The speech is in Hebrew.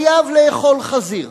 חייב לאכול חזיר,